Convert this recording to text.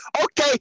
okay